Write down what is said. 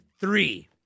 three